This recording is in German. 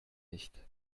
nicht